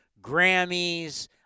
grammys